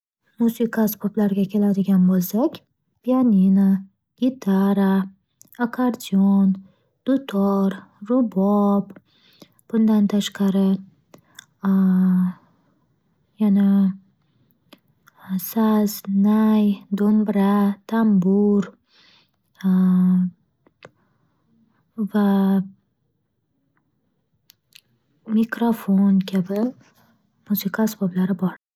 Musiqa asboblariga keladigan bo'lsak, pianino, gitara, akardion, dutor, rubob, bundan tashqari, yana saz, nay, do'mbira, tanbur, va mikrofon kabi musiqa asboblari bor.